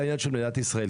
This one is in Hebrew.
לעניין של מדינת ישראל,